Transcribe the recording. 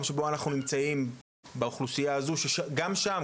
שבו אנו נמצאים באוכלוסייה הזו שגם שם,